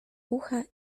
ucha